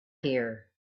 here